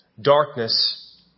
darkness